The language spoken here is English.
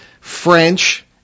French